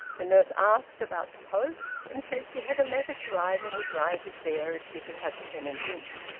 the nurse asked about the posts, and said she had a letter to write and would write it there if she could have pen and ink.